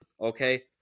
Okay